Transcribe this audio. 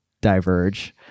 Diverge